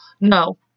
No